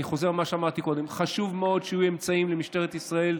אני חוזר על מה שאמרתי קודם: חשוב שיהיו אמצעים למשטרת ישראל,